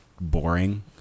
boring